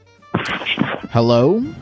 Hello